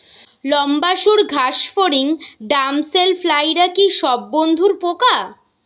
লম্বা সুড় ঘাসফড়িং ড্যামসেল ফ্লাইরা কি সব বন্ধুর পোকা?